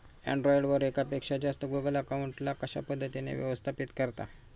Android वर एकापेक्षा जास्त गुगल अकाउंट ला कशा पद्धतीने व्यवस्थापित करता?